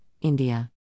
India